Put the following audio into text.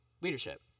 leadership